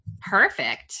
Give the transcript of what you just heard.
Perfect